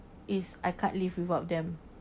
is I can't live without them